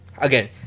Again